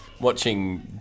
watching